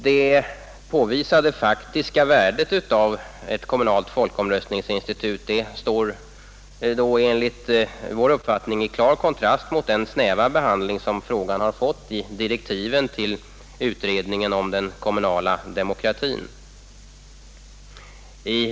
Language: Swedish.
Det påvisade faktiska värdet av ett kommunalt folkomröstningsinstitut står enligt vår uppfattning i klar kontrast mot den snäva behandling som frågan har fått i direktiven till utredningen om den kommunala demokratin.